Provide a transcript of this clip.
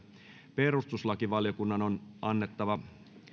perustuslakivaliokunnan on annettava